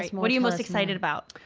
um what are you most excited about?